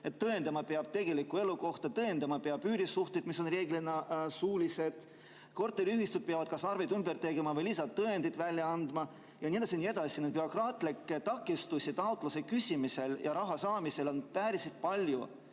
Tõendama peab tegelikku elukohta, tõendama peab üürisuhteid, mis on reeglina suulised, korteriühistud peavad kas arveid ümber tegema või lihtsalt tõendid välja andma ja nii edasi, ja nii edasi. Nii et bürokraatlikke takistusi taotluse küsimisel ja raha saamisel on päris palju.